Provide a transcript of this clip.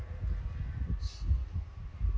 yes